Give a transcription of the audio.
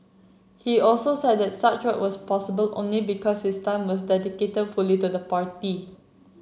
he also said that such work was possible only because his time was dedicated fully to the party